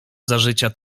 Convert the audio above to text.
zażycia